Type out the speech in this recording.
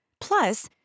Plus